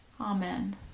Amen